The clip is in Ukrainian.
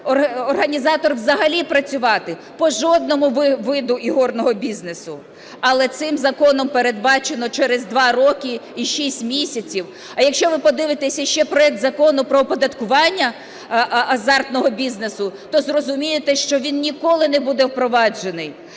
організатор взагалі працювати по жодному виду ігорного бізнесу. Але цим законом передбачено через 2 роки і 6 місяців. А якщо ви подивитесь ще проект Закону про оподаткування азартного бізнесу, то зрозумієте, що він ніколи не буде впроваджений,